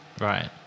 Right